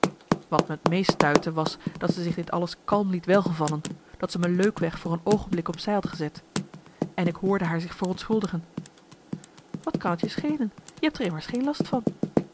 wat me t meest stuitte was dat zij zich dit alles kalm liet welgevallen dat ze me leukweg voor een oogenblik op zij had gezet en ik hoorde haar zich verontschuldigen wat kan t je schelen je hebt er immers geen last van